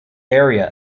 area